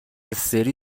سری